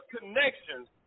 connections